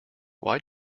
why